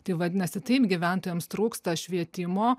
tai vadinasi taip gyventojams trūksta švietimo